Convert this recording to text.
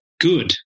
good